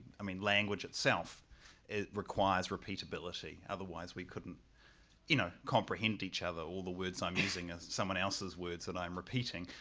i mean language itself it requires repeatability otherwise we couldn't you know comprehend each other. all the words i'm using is someone else's words that and i'm repeating,